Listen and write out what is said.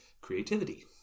creativity